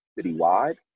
citywide